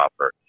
offer